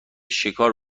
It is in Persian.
شکار